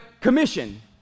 commission